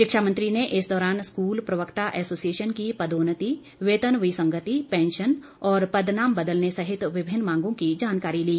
शिक्षा मंत्री ने इस दौरान स्कूल प्रवक्ता एसोसिएशन की पदोन्नति वेतन विसंगति पेंशन और पदनाम बदलने सहित विभिन्न मांगों की जानकारी ली